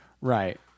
Right